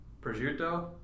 prosciutto